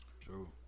True